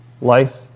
Life